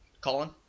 Colin